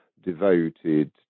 devoted